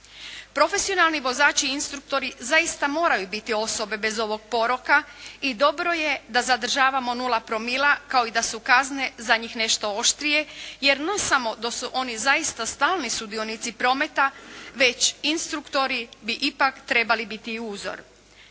Profesionalni vozači, instruktori zaista moraju biti osobe bez ovog poroka i dobro je da zadržavamo 0 promila, kao i da su kazne za njih nešto oštrije, jer ne samo da su oni zaista stalni sudionici prometa već instruktori bi ipak trebali biti uzor.